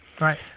Right